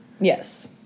Yes